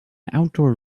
outdoor